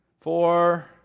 four